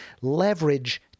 leverage